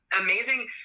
amazing